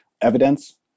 evidence